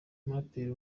umuraperi